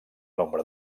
nombre